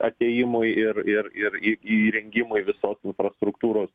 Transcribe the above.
atėjimui ir ir ir įrengimui visos infrastruktūros